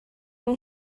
این